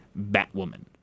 Batwoman